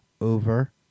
over